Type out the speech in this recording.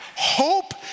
Hope